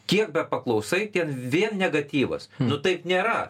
kiek bepaklausai ten vien negatyvas nu taip nėra